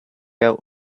out